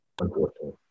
Unfortunately